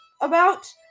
About-